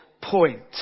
point